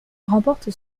remporte